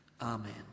Amen